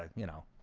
like you know,